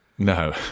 no